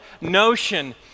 notion